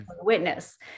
witness